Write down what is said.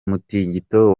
mutingito